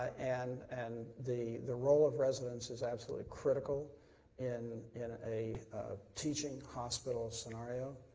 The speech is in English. and and the the role of residents is absolutely critical in in a teaching hospital scenario.